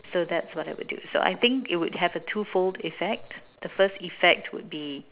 so that's what I would do I think it would have a twofold effect the first effect would be